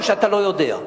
או שאתה לא יודע?